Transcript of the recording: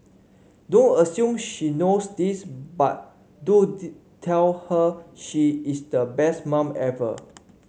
don't assume she knows this but do tell her she is the best mum ever